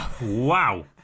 wow